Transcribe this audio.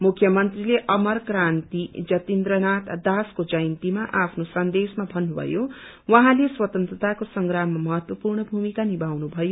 मुख्य मंत्रीले उमर क्रान्क्रिरी जतिन्द्रनाथ दासको जयन्तीमा आफ्नो सन्देशमा भन्नुभयो उहाँले स्वतन्त्रताको संग्राममा महत्वपूर्ण भूमिका निभाउनु भयो